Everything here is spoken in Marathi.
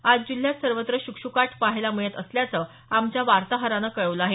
आज जिल्ह्यात सर्वत्र शुकशुकाट पाहायला मिळत असल्याचं आमच्या वार्ताहरानं कळवलं आहे